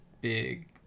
big